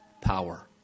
Power